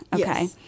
Okay